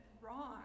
wrong